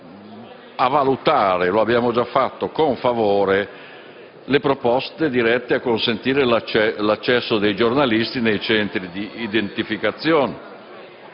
favore - lo abbiamo già fatto - le proposte dirette a consentire l'accesso dei giornalisti nei centri di identificazione